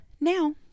now